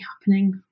happening